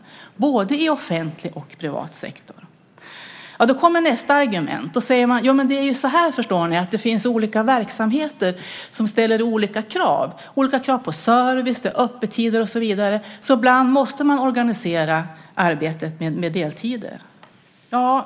Det gäller både i offentlig och i privat sektor. Då kommer nästa argument. Man säger att det finns olika verksamheter som ställer olika krav på service, öppettider och så vidare och därför måste man ibland organisera arbetet med deltider.